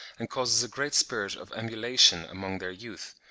and causes a great spirit of emulation among their youth,